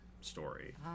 story